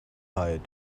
hired